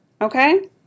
Okay